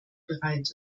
bereit